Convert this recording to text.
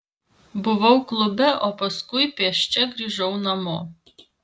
buvau klube o paskui pėsčia grįžau namo